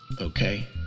Okay